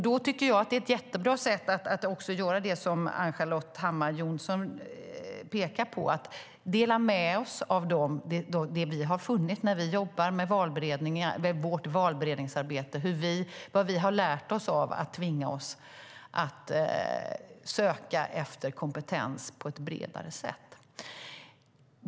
Då tycker jag att det är jättebra att göra det som Ann-Charlotte Hammar Johnsson pekar på, nämligen att vi ska dela med oss av det som vi har funnit när vi jobbar med vårt valberedningsarbete och det som vi har lärt oss av att tvingas söka efter kompetens på ett bredare sätt.